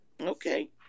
okay